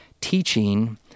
teaching